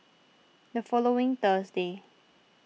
the following Thursday